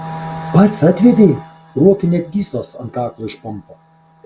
pats atvedei ruokiui net gyslos ant kaklo išpampo